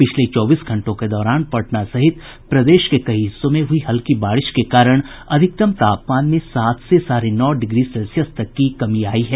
पिछले चौबीस घंटों के दौरान पटना सहित प्रदेश के कई हिस्सों हुई हल्की बारिश के कारण अधिकतम तापमान में सात से साढ़े नौ डिग्री सेल्सियस तक की कमी आयी है